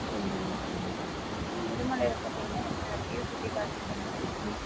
சரிங்க சரிங்க முதுமலையில் பார்த்தீங்கன்னா எல்லா இடத்தையும் சுற்றி காமிச்சிடணும் ம்